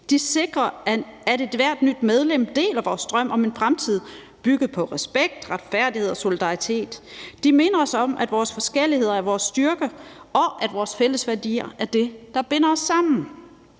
De sikrer, at ethvert nyt medlem deler vores drøm om en fremtid bygget på respekt, retfærdighed og solidaritet. De minder os om, at vores forskelligheder er vores styrke, og at vores fælles værdier er det, der binder os sammen.